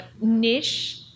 niche